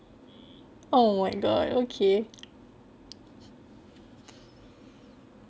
oh my god okay